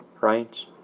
right